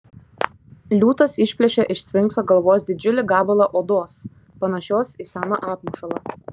liūtas išplėšė iš sfinkso galvos didžiulį gabalą odos panašios į seną apmušalą